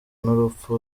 n’urupfu